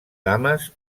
dames